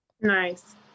Nice